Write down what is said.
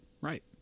Right